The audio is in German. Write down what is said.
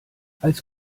als